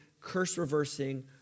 curse-reversing